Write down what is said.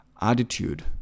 attitude